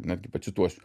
netgi pacituosiu